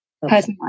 personalized